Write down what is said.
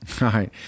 right